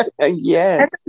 Yes